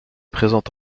présente